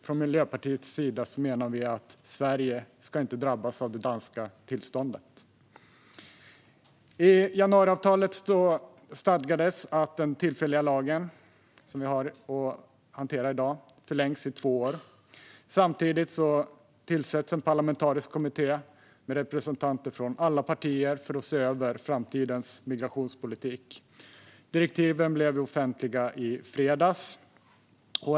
Från Miljöpartiets sida menar vi att Sverige inte ska drabbas av det danska tillståndet. I januariavtalet stadgas att den tillfälliga lagen som vi har att hantera i dag förlängs i två år. Samtidigt tillsätts en parlamentarisk kommitté med representanter från alla partier för att se över framtidens migrationspolitik. Direktiven blev offentliga i fredags.